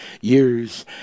years